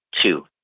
two